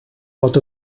pot